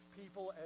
people